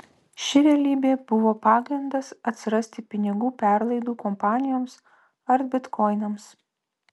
ši realybė buvo pagrindas atsirasti pinigų perlaidų kompanijoms ar bitkoinams